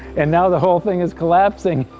and now the whole thing is collapsing!